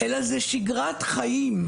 אלא זו שגרת חיים.